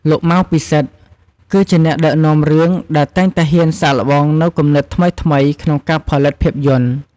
លោក ម៉ៅ ពិសិដ្ឋ គឺជាអ្នកដឹកនាំរឿងដែលតែងតែហ៊ានសាកល្បងនូវគំនិតថ្មីៗក្នុងការផលិតភាពយន្ត។